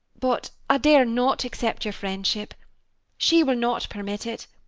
but i dare not accept your friendship she will not permit it,